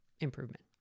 improvement